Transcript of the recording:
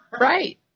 Right